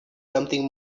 something